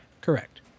Correct